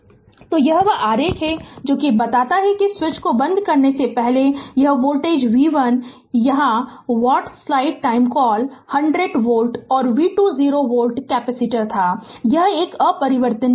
Refer slide time 2210 तो यह वह आरेख है जो बताता है कि स्विच को बंद करने से पहले यह वोल्टेज v1 यहां what's slide time call 100 volt और v2 0 वोल्ट कैपेसिटर था यह एक अपरिवर्तित है